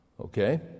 Okay